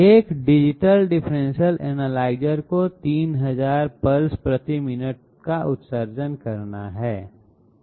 एक digital differential analyser को 3000 pulse प्रति मिनट का उत्सर्जन करना है